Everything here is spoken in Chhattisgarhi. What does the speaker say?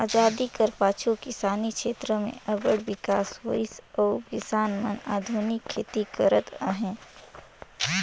अजादी कर पाछू किसानी छेत्र में अब्बड़ बिकास होइस अउ किसान मन आधुनिक खेती करत अहें